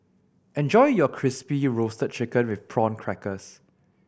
enjoy your Crispy Roasted Chicken with Prawn Crackers